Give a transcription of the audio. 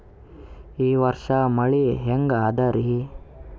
ಈ ವರ್ಷ ಮಳಿ ಹೆಂಗ ಅದಾರಿ?